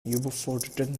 überforderten